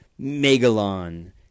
Megalon